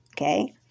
okay